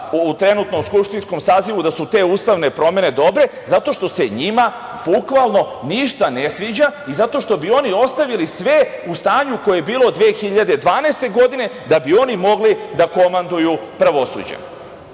u trenutnom skupštinskom sazivu, da su te ustavne promene dobre zato što se njima bukvalno ništa ne sviđa i zato što bi oni ostavili sve u stanju koje je bilo 2012. godine da bi oni mogli da komanduju pravosuđem. Vi